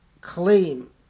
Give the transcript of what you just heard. claim